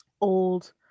old